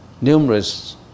numerous